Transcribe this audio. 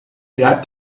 got